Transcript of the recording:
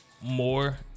more